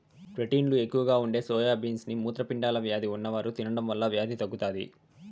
ప్రోటీన్లు ఎక్కువగా ఉండే సోయా బీన్స్ ని మూత్రపిండాల వ్యాధి ఉన్నవారు తినడం వల్ల వ్యాధి తగ్గుతాది